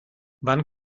wann